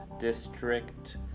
district